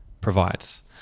provides